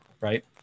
right